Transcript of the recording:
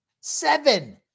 Seven